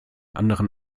anderen